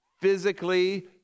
physically